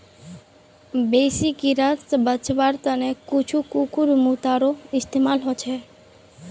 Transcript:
बेसी कीरा स बचवार त न कुछू कुकुरमुत्तारो इस्तमाल ह छेक